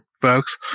folks